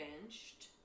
benched